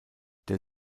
der